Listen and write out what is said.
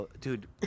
Dude